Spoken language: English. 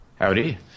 Howdy